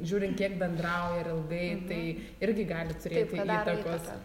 žiūrint kiek bendrauji ar ilgai tai irgi gali turėti įtakos